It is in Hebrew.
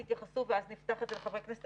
הביטחון שלא יתנגדו להצעה כל-כך ברורה.